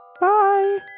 Bye